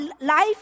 life